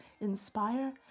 inspire